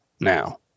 now